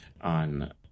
on